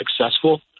successful